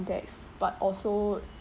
context but also